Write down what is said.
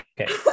okay